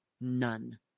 none